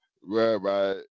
whereby